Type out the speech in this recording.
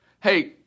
Hey